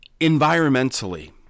environmentally